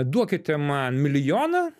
duokite man milijoną